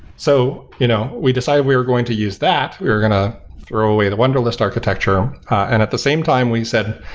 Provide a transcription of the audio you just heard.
so you know we decided we were going to use that. we're going to throw away the wunderlist architecture, and at the same time we said,